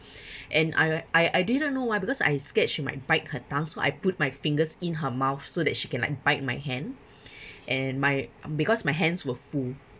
and I I I didn't know why because I scared she might bite her tongue so I put my fingers in her mouth so that she can like bite my hand and my because my hands were full